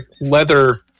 leather